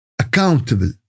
accountable